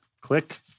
Click